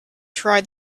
try